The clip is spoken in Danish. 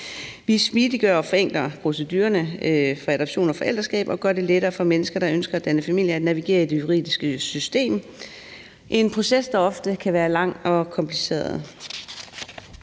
Vi smiddiggør og forenkler procedurerne for adoption af forældreskab og gør det lettere for mennesker, der ønsker at danne familie, at navigere i juridiske system; en proces, der ofte kan være lang og kompliceret.